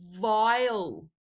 vile